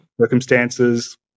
circumstances